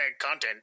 content